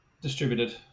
Distributed